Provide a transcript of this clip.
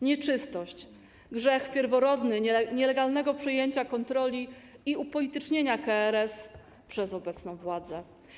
Nieczystość - grzech pierworodny nielegalnego przejęcia kontroli i upolitycznienia KRS przez obecną władzę.